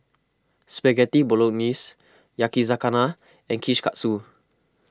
Spaghetti Bolognese Yakizakana and Kushikatsu